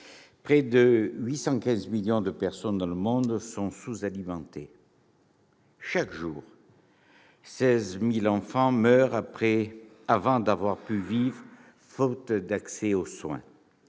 près de 815 millions de personnes dans le monde sont sous-alimentées. Chaque jour, 16 000 enfants meurent avant d'avoir pu vivre, faute d'accès aux soins.